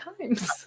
times